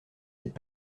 cette